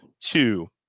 two